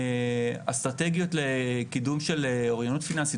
אסטרטגיות לקידום של אוריינות פיננסית